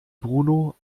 bruno